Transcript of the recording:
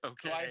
Okay